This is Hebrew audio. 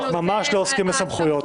ממש לא עוסקים בסמכויות.